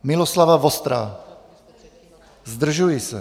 Miloslava Vostrá: Zdržuji se.